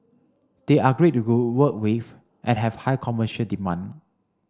they are great to go work with and have high commercial demand